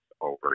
over